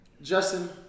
Justin